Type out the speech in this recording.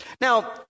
Now